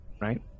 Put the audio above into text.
Right